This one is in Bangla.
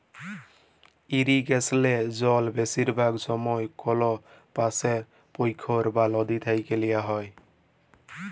ইরিগেসলে জল বেশিরভাগ সময়ই কল পাশের পখ্ইর বা লদী থ্যাইকে লিয়া হ্যয়